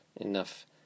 enough